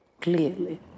Clearly